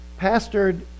pastored